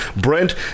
brent